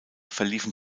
verliefen